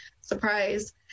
surprise